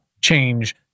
change